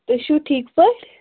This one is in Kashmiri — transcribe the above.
تُہۍ چھُو ٹھیٖک پٲٹھۍ